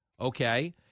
Okay